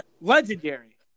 legendary